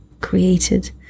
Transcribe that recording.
created